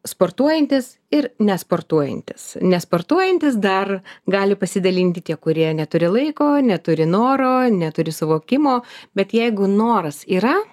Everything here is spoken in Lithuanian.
sportuojantys ir nesportuojantys nesportuojantys dar gali pasidalinti tie kurie neturi laiko neturi noro neturi suvokimo bet jeigu noras yra